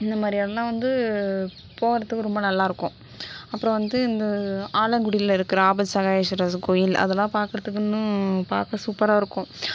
இந்தமாதிரி இடம்லாம் வந்து போகிறதுக்கு ரொம்ப நல்லா இருக்கும் அப்புறம் வந்து இந்த ஆலங்குடியில இருக்குற ஆபசகாயேஸ்வரர் கோயில் அதெலாம் பார்க்குறதுக்கு இன்னும் பார்க்க சூப்பராக இருக்கும்